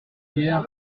hier